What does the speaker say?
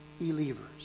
believers